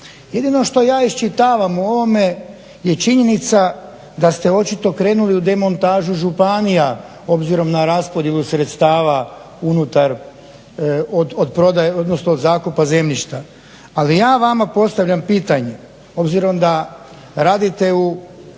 Jedino što ja iščitavam o ovome je činjenica da ste očito krenuli u demontažu županija obzirom na raspodjelu sredstava unutar, od zakupa zemljišta. Ali ja vama postavljam pitanje, obzirom da radite u